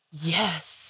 Yes